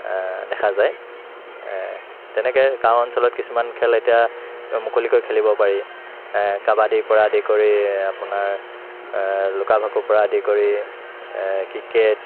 দেখা যায় তেনেকৈ গাঁও অঞ্চলত কিছুমান খেল এতিয়া মুকলিকৈ খেলিব পাৰে কাবাডিৰ পৰা আদি কৰি আপোনাৰ লুকা ভাকুৰ পৰা আদি কৰি ক্ৰিকেট